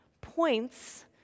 points